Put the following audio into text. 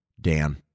Dan